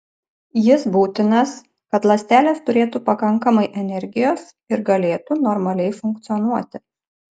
jis būtinas kad ląstelės turėtų pakankamai energijos ir galėtų normaliai funkcionuoti